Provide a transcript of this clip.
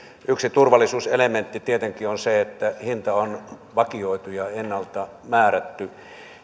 yksi turvallisuuselementti tietenkin on se että hinta on vakioitu ja ennalta määrätty